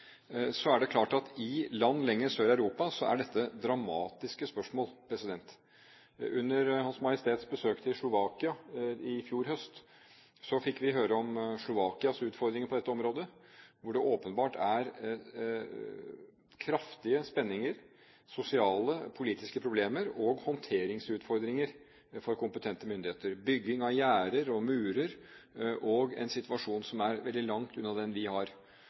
så er det klart at i land lenger sør i Europa er dette dramatiske spørsmål. Under Hans Majestets besøk i Slovakia i fjor høst fikk vi høre om Slovakias utfordringer på dette området. Der er det åpenbart kraftige spenninger, sosiale og politiske problemer og håndteringsutfordringer for kompetente myndigheter – bygging av gjerder og murer, og en situasjon som er veldig langt unna den vi har.